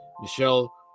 Michelle